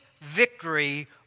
victory